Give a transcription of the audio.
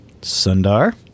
Sundar